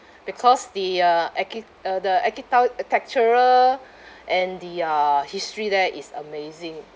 because the uh archi~ uh the architectural and the uh history there is amazing